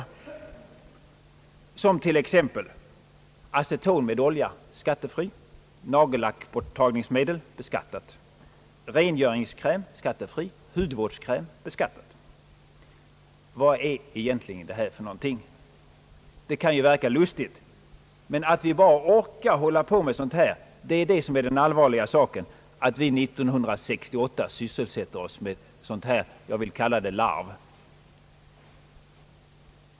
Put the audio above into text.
T. ex. är aceton med olja skattefri medan nagellackborttagningsmedel beskattas, rengöringskräm är skattefri, hudvårdskräm skattebelagd. Vad är detta för trams egentligen? Visst kan mycket verka lustigt, men det allvarliga i saken är att vi år 1968 sysselsätter oss med sådant här, jag vill kalla det larv.